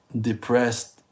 depressed